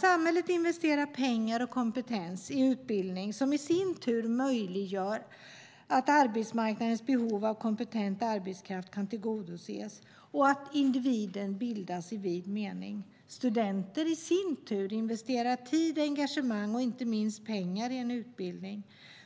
Samhället investerar pengar och kompetens i utbildning, som i sin tur möjliggör att arbetsmarknadens behov av kompetent arbetskraft kan tillgodoses och att individen bildas i vid mening. Studenter i sin tur investerar tid, engagemang och inte minst pengar i en utbildning.